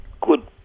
good